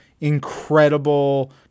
incredible